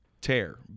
tear